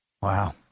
Wow